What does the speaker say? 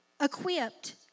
equipped